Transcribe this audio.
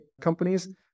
companies